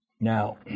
Now